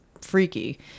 freaky